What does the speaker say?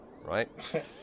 right